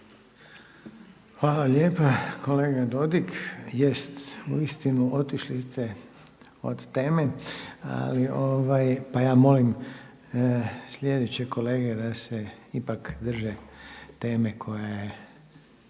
Hvala lijepa kolega Dodig. Jest uistinu otišli ste od teme pa ja molim slijeće kolege da se ipak drže teme koja